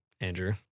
Andrew